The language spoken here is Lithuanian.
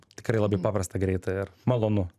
tikrai labai paprasta greita ir malonu